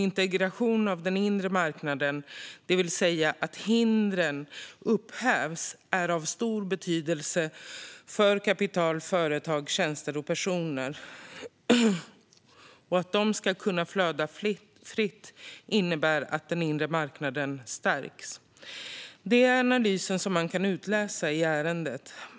Integration av den inre marknaden, det vill säga att hindren upphävs, är av stor betydelse för att kapital, företag, tjänster och personer ska kunna flöda fritt, vilket innebär att den inre marknaden stärks. Detta är analysen som man kan utläsa i ärendet.